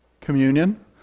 Communion